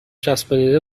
چسبانیده